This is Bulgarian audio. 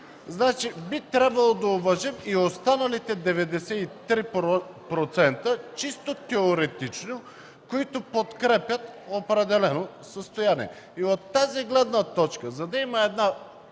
значи би трябвало да уважат и останалите 93%, чисто теоретично, които подкрепят определено състояние. От тази гледна точка, за да има една